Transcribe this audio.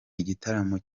igitaramo